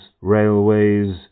railways